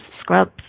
scrubs